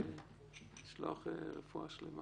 זה לא יום פשוט.